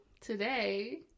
today